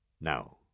now